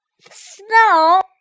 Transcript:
snow